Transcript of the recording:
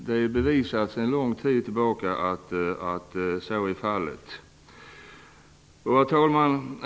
Det är bevisat sedan lång tid tillbaka att så är fallet. Herr talman!